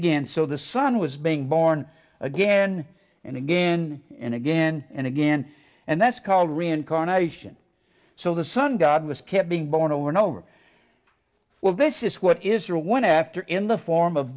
again so the sun was being born again and again and again and again and that's called reincarnation so the sun god was kept being born over and over well this is what it is or one after in the form of